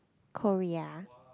Korea